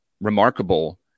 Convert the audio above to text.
remarkable